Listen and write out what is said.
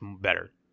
better